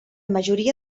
majoria